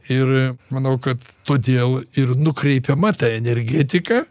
ir manau kad todėl ir nukreipiama ta energetika